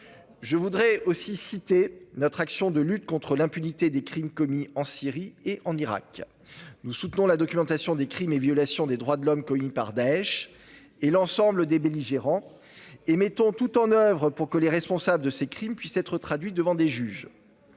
Je voudrais aussi citer notre action de lutte contre l'impunité des crimes commis en Syrie et en Irak. Nous soutenons la documentation des crimes et violations des droits de l'homme commis par Daech et l'ensemble des belligérants et mettons tout en oeuvre pour que les responsables de ces crimes puissent être traduits devant des juges.